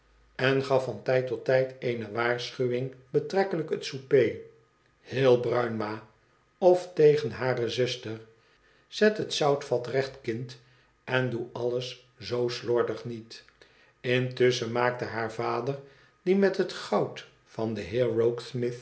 en gaf van tijd tot tijd eene waarschuwing betrekkelijk het souper heel bruin ma of tegen hare zuster zet het zoutvat recht kind en doe alles zoo slordig niet intusschen maakte haar vader die met het goud van den heer